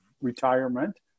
retirement